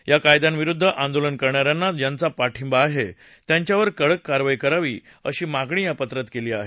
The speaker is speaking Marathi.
या कायद्यांविरुद्ध आंदोलन करणाऱ्यांना ज्यांचा पाठिंबा आहे त्यांच्यावर कडक कारवाई करावी अशी मागणी या पत्रात केली आहे